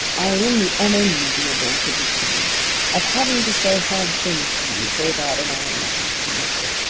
i am in the unenviable position of having to say hard things to you for about an hour and a half together,